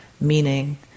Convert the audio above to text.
meaning